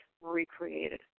recreated